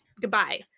goodbye